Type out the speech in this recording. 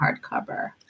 hardcover